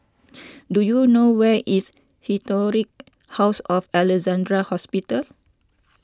do you know where is Historic House of Alexandra Hospital